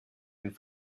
and